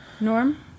Norm